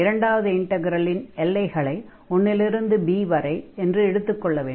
இரண்டாவது இன்டக்ரலின் எல்லைகளை 1 இல் இருந்து b வரை என்று எடுத்துக் கொள்ள வேண்டும்